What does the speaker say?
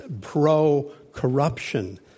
pro-corruption